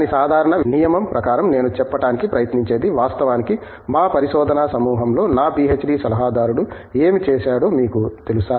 కానీ సాధారణ నియమం ప్రకారం నేను చెప్పటానికి ప్రయత్నించేది వాస్తవానికి మా పరిశోధన సమూహంలో నా పీహెచ్డీ సలహాదారుడు ఏమి చేసాడో మీకు తెలుసా